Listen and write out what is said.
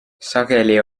sageli